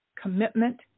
commitment